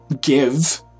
give